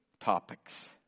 topics